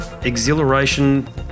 exhilaration